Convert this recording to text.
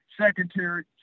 secondary